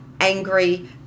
angry